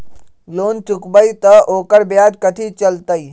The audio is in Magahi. लोन चुकबई त ओकर ब्याज कथि चलतई?